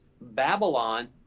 Babylon